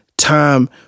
time